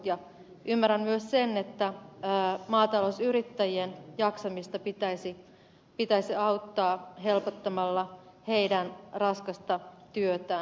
ja ymmärrän myös sen että maatalousyrittäjien jaksamista pitäisi auttaa helpottamalla heidän raskasta työtään